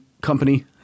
company